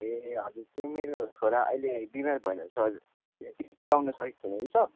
ए हजुर त्यो मेरो छोरा अहिले बिमार भएर सर स्कुल आउन सकेको छैन कि सर